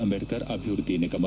ಅಂಬೇಡ್ಕರ್ ಅಭಿವೃದ್ದಿ ನಿಗಮ